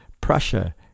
Prussia